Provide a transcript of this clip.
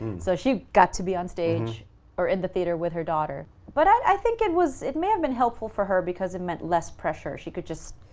so she got to be on stage or in the theatre with her daughter. but i think it was, it may have been helpful for her because it meant less pressure. she could just,